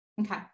Okay